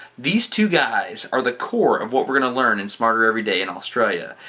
these two guys are the core of what we're gonna learn in smarter every day in australia.